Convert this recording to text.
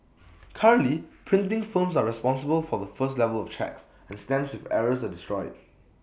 currently printing firms are responsible for the first level of checks and stamps with errors are destroyed